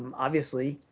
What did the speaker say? um obviously,